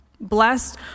Blessed